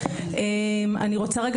(אומרת דברים בשפת הסימנים,